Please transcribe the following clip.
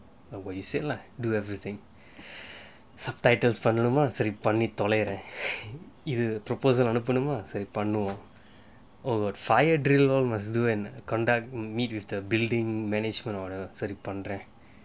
like what you said lah do everything subtitles பண்ணனுமா சரி பண்ணி தொலைரேன் இது:pannanumaa sari panni tolairaen ithu proposal அனுப்புனுமா சரி பண்ணுவோம்:anuppunumaa sari pannuvom fire drill all must do and conduct meet with the building management or the சரி பன்றேன்:sari pandraen